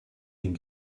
den